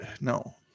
No